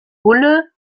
bulle